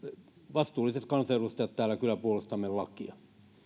vastuulliset kansanedustajat täällä kyllä puolustamme lakia